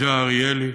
גיא אריאלי,